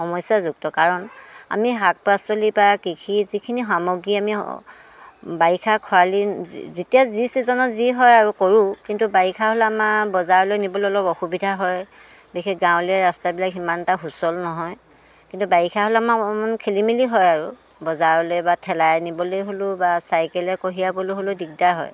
সমস্যাযুক্ত কাৰণ আমি শাক পাচলিৰ পৰা কৃষি যিখিনি সামগ্ৰী আমি বাৰিষা খৰালি যেতিয়া যি চিজনত যি হয় আৰু কৰোঁ কিন্তু বাৰিষা হ'লে আমাৰ বজাৰলৈ নিবলৈ অলপ অসুবিধা হয় বিশেষকৈ গাঁৱলীয়া ৰাস্তাবিলাক সিমান এটা সুচল নহয় কিন্তু বাৰিষা হ'লে আমাৰ অকণমান খেলি মেলি হয় আৰু বজাৰলৈ বা ঠেলাই নিবলৈ হ'লেও বা চাইকেলে কঢ়িয়াবলৈ হ'লেও দিগদাৰ হয়